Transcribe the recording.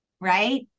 right